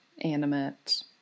animate